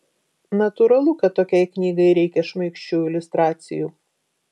natūralu kad tokiai knygai reikia šmaikščių iliustracijų